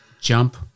Jump